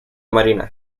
marina